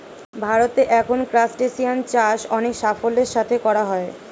ভারতে এখন ক্রাসটেসিয়ান চাষ অনেক সাফল্যের সাথে করা হয়